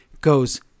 goes